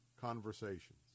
conversations